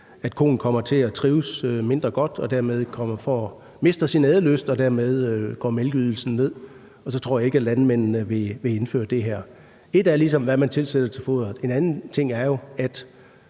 at koen kommer til at trives mindre godt og dermed mister sin ædelyst, og at mælkeydelsen dermed går ned, og så tror jeg ikke, at landmændene vil indføre det her. Så ét er ligesom, hvad man tilsætter foderet, en anden ting er, at